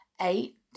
eight